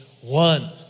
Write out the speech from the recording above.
one